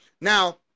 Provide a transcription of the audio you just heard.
Now